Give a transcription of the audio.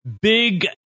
big